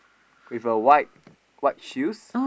with a white white shoes